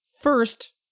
first